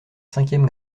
cinquième